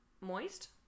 Moist